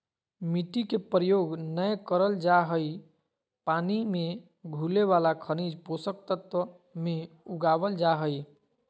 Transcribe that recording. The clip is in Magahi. मिट्टी के प्रयोग नै करल जा हई पानी मे घुले वाला खनिज पोषक तत्व मे उगावल जा हई